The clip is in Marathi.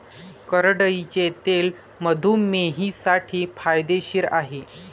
करडईचे तेल मधुमेहींसाठी फायदेशीर आहे